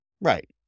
Right